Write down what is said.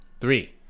Three